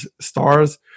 stars